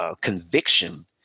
conviction –